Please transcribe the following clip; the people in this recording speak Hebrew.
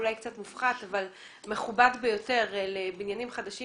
אולי קצת מופחת אבל מכובד ביותר לבניינים חדשים